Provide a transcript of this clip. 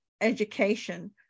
education